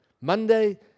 Monday